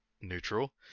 neutral